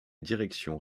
direction